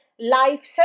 life